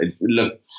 look